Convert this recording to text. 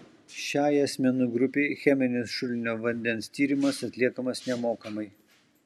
šiai asmenų grupei cheminis šulinio vandens tyrimas atliekamas nemokamai